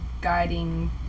Guiding